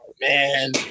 man